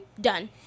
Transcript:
done